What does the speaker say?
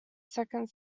second